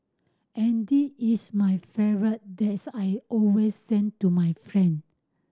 and this is my favourite that's I always send to my friend